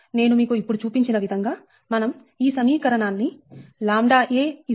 నేను మీకు ఇప్పుడు చూపించిన విధంగా మనం ఈ సమీకరణాన్ని ʎa 0